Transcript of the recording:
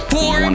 Four